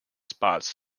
spots